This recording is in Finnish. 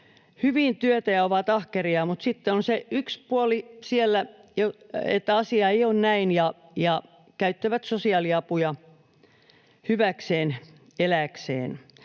hyvin työtä ja on ahkeria, mutta sitten on se yksi puoli siellä, että asia ei ole näin, ja he käyttävät sosiaaliapuja hyväkseen elääkseen.